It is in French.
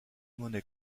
monnaies